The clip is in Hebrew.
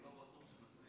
אני לא בטוח שנצליח.